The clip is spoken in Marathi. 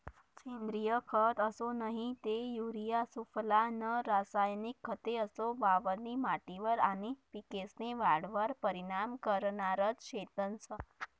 सेंद्रिय खत असो नही ते युरिया सुफला नं रासायनिक खते असो वावरनी माटीवर आनी पिकेस्नी वाढवर परीनाम करनारज शेतंस